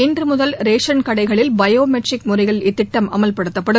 இன்றுமுதல் ரேஷன் கடைகளில் biometric முறையில் இத்திட்டம் அமல்படுத்தப்படும்